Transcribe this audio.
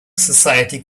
society